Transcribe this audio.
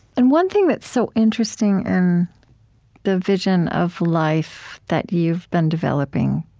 and one thing that's so interesting in the vision of life that you've been developing